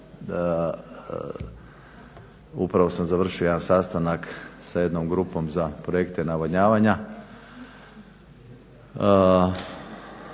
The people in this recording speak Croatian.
upravo sam završio jedan sastanak sa jednom grupom za projekte navodnjavanja